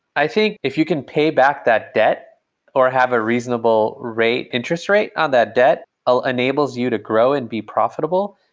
i think if you can pay back that debt or have a reasonable interest rate on that debt, ah enables you to grow and be profitable,